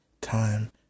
time